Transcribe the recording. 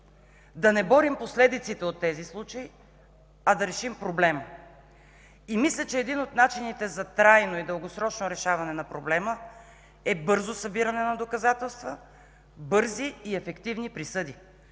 да не борим последиците от тези случаи, а да решим проблема. Мисля, че един от начините за трайно и дългосрочно решаване на проблема е бързо събиране на доказателства, бързи и ефективни присъди.